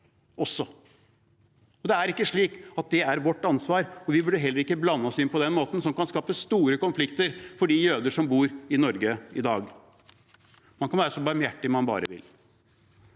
også. Dette er ikke vårt ansvar, og vi burde heller ikke blande oss inn på den måten, noe som kan skape store konflikter for de jødene som bor i Norge i dag. Man kan være så barmhjertig man bare vil.